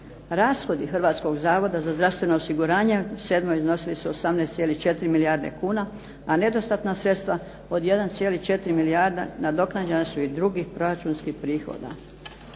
Rashodi Hrvatskog zavoda za zdravstveno osiguranje u 2007. iznosili su 18,4 milijarde kuna, a nedostatna sredstva od 1,4 milijarde nadoknađena su iz drugih proračunskih prihoda.